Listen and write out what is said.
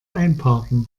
einparken